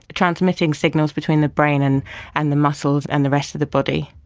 transmitting signals between the brain and and the muscles and the rest of the body.